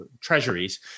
treasuries